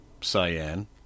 cyan